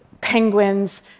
penguins